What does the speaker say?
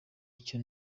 icyo